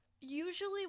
Usually